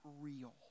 real